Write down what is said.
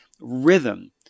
rhythm